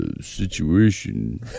Situation